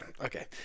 okay